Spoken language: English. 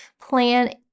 plan